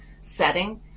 setting